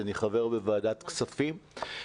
אני חבר בוועדת כספים,